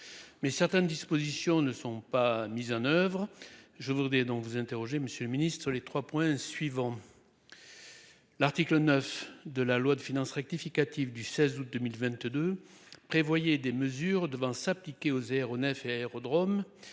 Mais certaines dispositions ne sont pas mises en oeuvre. Je voudrais dire donc vous interroger, Monsieur le Ministre, les 3 points suivants. L'article 9 de la loi de finances rectificative du 16 août 2022. Prévoyez des mesures devant s'appliquer aux aéronefs et aérodromes